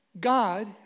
God